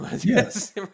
Yes